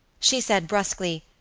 she said brusquely,